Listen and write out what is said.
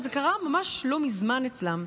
וזה קרה ממש לא מזמן אצלם,